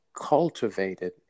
cultivated